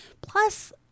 plus